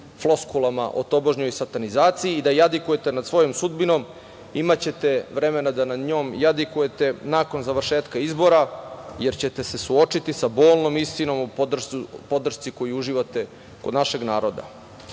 floskulama o tobožnjoj satanizaciji i da jadikujete nad svojom sudbinom, imaćete vremena da nad njom jadikujete nakon završetka izbora jer ćete se suočiti sa bolnom istom o podršci koju uživate kod našeg naroda. Drugo